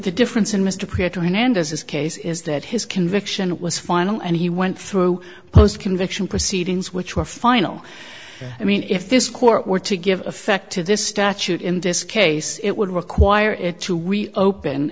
the difference in mr praetorian and as his case is that his conviction was final and he went through post conviction proceedings which were final i mean if this court were to give effect to this statute in this case it would require it to we open